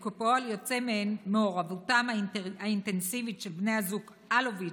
וכפועל יוצא מהן מעורבותם האינטנסיבית של בני הזוג אלוביץ'